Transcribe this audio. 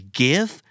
give